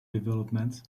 developments